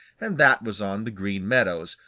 and that was on the green meadows,